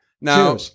Now